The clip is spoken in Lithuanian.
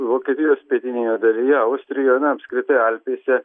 vokietijos pietinėje dalyje austrijoj na apskritai alpėse